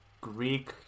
Greek